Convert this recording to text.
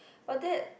but that